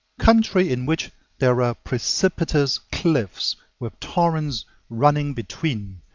country in which there are precipitous cliffs with torrents running between,